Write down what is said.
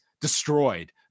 destroyed